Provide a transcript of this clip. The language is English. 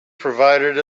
provided